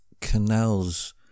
canals